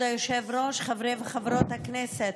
כבוד היושב-ראש, חברי וחברות הכנסת,